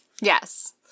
Yes